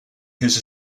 his